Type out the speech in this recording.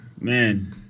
man